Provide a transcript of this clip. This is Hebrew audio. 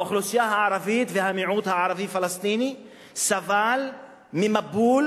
האוכלוסייה הערבית והמיעוט הערבי פלסטיני סבלו ממבול,